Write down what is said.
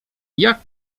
jak